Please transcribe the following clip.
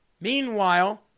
Meanwhile